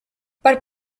per